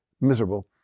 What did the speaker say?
miserable